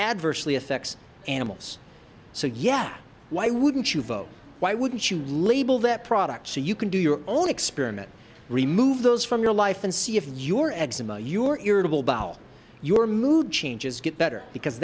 adversely affects animals so yeah why wouldn't you vote why wouldn't you label that product so you can do your own experiment remove those from your life and see if your eggs in your irritable bowel your mood changes get better because